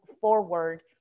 forward